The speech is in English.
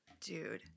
Dude